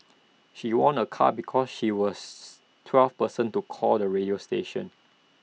she won A car because she was twelfth person to call the radio station